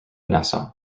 nassau